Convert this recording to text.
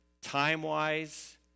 time-wise